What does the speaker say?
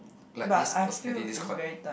like this personality this con